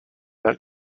that